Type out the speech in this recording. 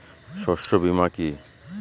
শস্য বীমা কি?